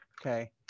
Okay